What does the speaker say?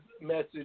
message